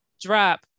drop